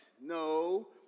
no